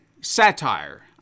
Satire